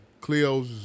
cleo's